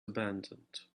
abandoned